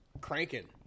cranking